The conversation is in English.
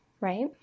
right